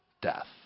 death